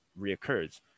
reoccurs